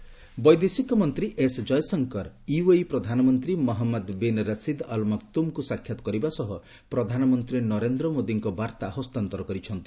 Jaishankar visit ବୈଦେଶିକ ମନ୍ତ୍ରୀ S Jaishankar UAE ପ୍ରଧାନମନ୍ତ୍ରୀ ମହମ୍ମଦ ବିନ୍ ରସିଦ୍ ଅଲ୍ ମକ୍ତୁମ୍ଙ୍କୁ ସାକ୍ଷାତ କରିବା ସହ ପ୍ରଧାନମନ୍ତ୍ରୀ ନରେନ୍ଦ୍ର ମୋଦୀଙ୍କ ବାର୍ତ୍ତା ହସ୍ତାନ୍ତର କରିଛନ୍ତି